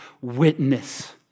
witness